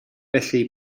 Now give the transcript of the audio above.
felly